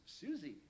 Susie